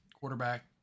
quarterback